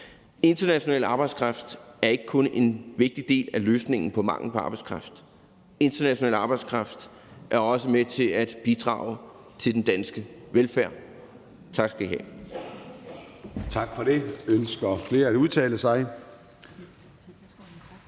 International arbejdskraft er ikke kun en vigtig del af løsningen på manglen på arbejdskraft. International arbejdskraft er også med til at bidrage til den danske velfærd. Tak skal I have.